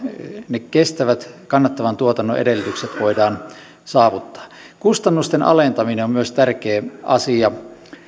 ne kestävät kannattavan tuotannon edellytykset voidaan saavuttaa myös kustannusten alentaminen on tärkeä asia